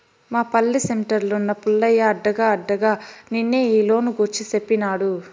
మా పల్లె సెంటర్లున్న పుల్లయ్య అడగ్గా అడగ్గా నిన్నే ఈ లోను గూర్చి సేప్పినాడు